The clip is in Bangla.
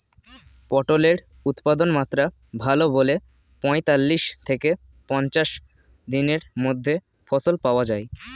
পটলের উৎপাদনমাত্রা ভালো বলে পঁয়তাল্লিশ থেকে পঞ্চাশ দিনের মধ্যে ফসল পাওয়া যায়